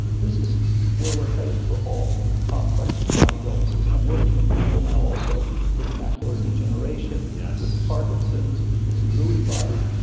and this is where we're headed for all complex, chronic illnesses. i'm working with people now also with macular degeneration, yeah with parkinson's, with lewy body,